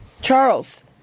Charles